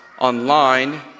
online